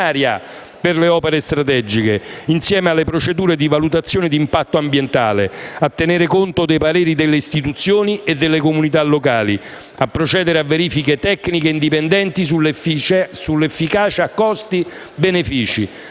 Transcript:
per le opere strategiche, insieme alle procedure di valutazione d'impatto ambientale; a tenere conto dei pareri delle istituzioni e delle comunità locali; a procedere a verifiche tecniche indipendenti sull'efficacia costi-benefici;